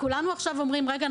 כולנו עכשיו אומרים: רגע,